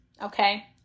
Okay